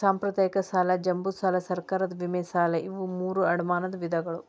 ಸಾಂಪ್ರದಾಯಿಕ ಸಾಲ ಜಂಬೂ ಸಾಲಾ ಸರ್ಕಾರದ ವಿಮೆ ಸಾಲಾ ಇವು ಮೂರೂ ಅಡಮಾನದ ವಿಧಗಳು